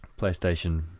PlayStation